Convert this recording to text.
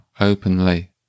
openly